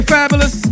Fabulous